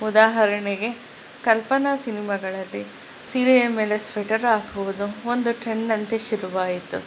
ಉದಾಹರಣೆಗೆ ಕಲ್ಪನಾ ಸಿನಿಮಾಗಳಲ್ಲಿ ಸೀರೆಯ ಮೇಲೆ ಸ್ವೆಟರಾಕುವುದು ಒಂದು ಟ್ರೆಂಡ್ನಂತೆ ಶುರುವಾಯಿತು